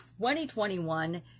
2021